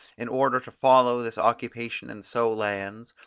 in order to follow this occupation and sow lands,